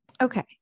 Okay